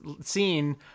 scene